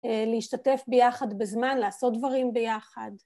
להשתתף ביחד בזמן, לעשות דברים ביחד.